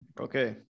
Okay